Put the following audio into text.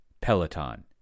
Peloton